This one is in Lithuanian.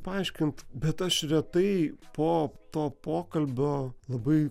paaiškint bet aš retai po to pokalbio labai